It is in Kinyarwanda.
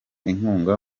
inkunga